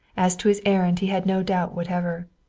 as to his errand he had no doubt whatever.